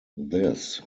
this